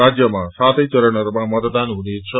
राजयमा सातै चरणहरूमा मतदान हुनेछ